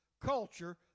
culture